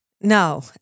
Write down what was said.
No